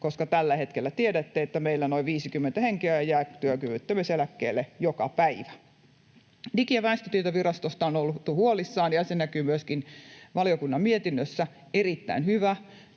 koska tällä hetkellä tiedätte, että meillä noin 50 henkeä jää työkyvyttömyyseläkkeelle joka päivä. Digi- ja väestötietovirastosta on oltu huolissaan, ja se näkyy myöskin valiokunnan mietinnössä — erittäin hyvä.